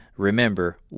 Remember